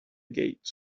gates